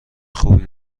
خوبی